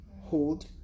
hold